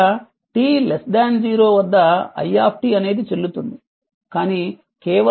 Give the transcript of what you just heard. ఇక్కడ t 0 వద్ద i అనేది చెల్లుతుంది